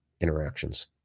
interactions